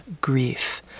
grief